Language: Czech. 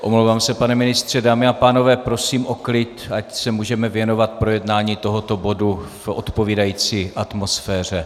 Omlouvám se, pane ministře, dámy a pánové, prosím o klid, ať se můžeme věnovat projednání tohoto bodu v odpovídající atmosféře.